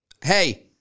Hey